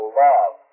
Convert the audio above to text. love